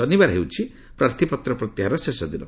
ଶନିବାର ହେଉଛି ପ୍ରାର୍ଥୀପତ୍ର ପ୍ରତ୍ୟାହାରର ଶେଷଦିନ